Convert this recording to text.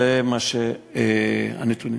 אלה הנתונים.